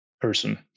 person